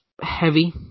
heavy